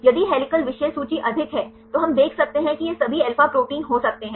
यदि हेलिकल विषय सूचि अधिक है तो हम देख सकते हैं कि यह सभी अल्फा प्रोटीन हो सकते हैं